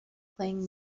playing